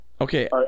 Okay